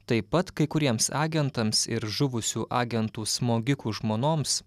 taip pat kai kuriems agentams ir žuvusių agentų smogikų žmonoms